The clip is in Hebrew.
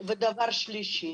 דבר שלישי,